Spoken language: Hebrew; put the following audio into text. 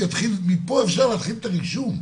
מפה אפשר להתחיל את הרישום.